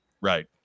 Right